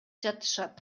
жатышат